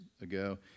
ago